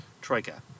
Troika